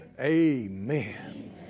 Amen